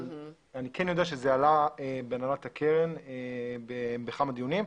אבל כן יודע שזה עלה בהנהלת הקרן בכמה דיונים.